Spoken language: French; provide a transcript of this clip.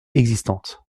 existantes